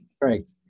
Right